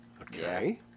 Okay